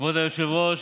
כבוד היושב-ראש,